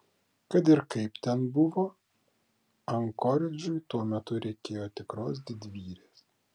kad ir kaip ten buvo ankoridžui tuo metu reikėjo tikros didvyrės